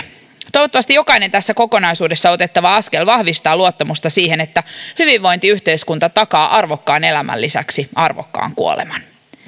toivottavasti jokainen tässä kokonaisuudessa otettava askel vahvistaa luottamusta siihen että hyvinvointiyhteiskunta takaa arvokkaan elämän lisäksi arvokkaan kuoleman